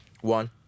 One